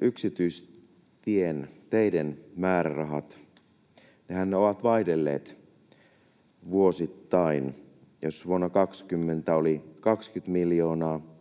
yksityisteiden määrärahat. Nehän ovat vaihdelleet vuosittain. Vuonna 2020 oli 20 miljoonaa